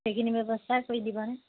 সেইখিনি ব্যৱস্থা কৰি দিবনে